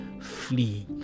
flee